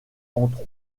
entre